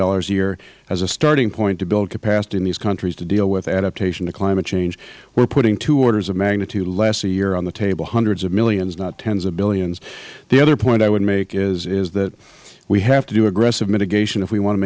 billion a year as a starting point to build capacity in these countries to deal with adaptation in the climate change we are putting two orders of magnitude less a year on the table hundreds of millions not tens of billions the other point i would make is that we have to do aggressive mitigation if we wan